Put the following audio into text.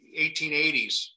1880s